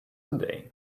today